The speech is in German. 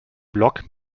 block